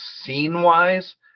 scene-wise